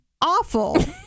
awful